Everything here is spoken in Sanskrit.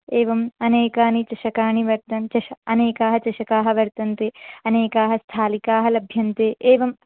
एवम् अनेकानि चषकाणि वर्तन् चष अनेके चषकाः वर्तन्ते अनेकाः स्थालिकाः लभ्यन्ते एवं